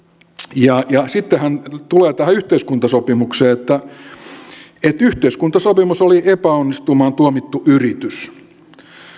sitten hän tulee tähän yhteiskuntasopimukseen yhteiskuntasopimus oli epäonnistumaan tuomittu yritys